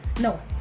No